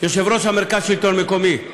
יושב-ראש מרכז השלטון המקומי,